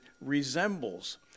resembles